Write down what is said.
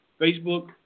Facebook